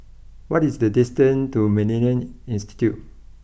what is the distance to Millennia Institute